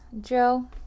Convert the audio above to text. Joe